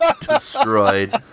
destroyed